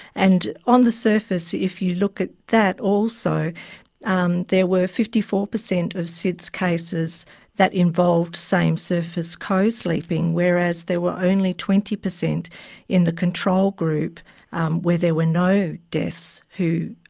and on the surface if you look at that also um there were fifty four percent of sids cases that involved same surface co-sleeping, whereas there were only twenty percent in the control group where there were no deaths who